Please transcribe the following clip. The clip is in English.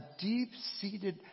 deep-seated